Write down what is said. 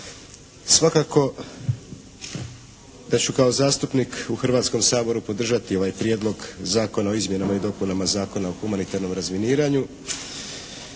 Svakako da ću kao zastupnik u Hrvatskom saboru podržati ovaj Prijedlog zakona o izmjenama i dopunama Zakona o humanitarnom razminiranju